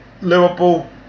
Liverpool